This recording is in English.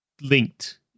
linked